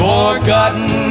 Forgotten